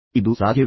ಇದು ಸಾಧ್ಯವೇ